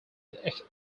exponent